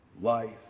Life